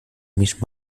mis